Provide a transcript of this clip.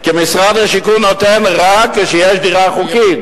כי משרד השיכון נותן רק כשיש דירה חוקית,